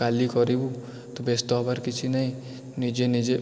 କାଲି କରିବୁ ତୁ ବ୍ୟସ୍ତ ହେବାର କିଛି ନାଇଁ ନିଜେ ନିଜେ